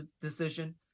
decision